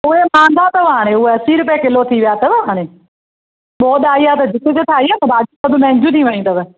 उहे महांगा अथव हाणे उहे असी रुपए किलो थी विया अथव हाणे ॿोॾि आई आहे त भाॼियूं सभु महांगियूं थी वियूं अथव